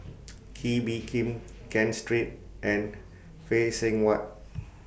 Kee Bee Khim Ken Seet and Phay Seng Whatt